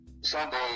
Sunday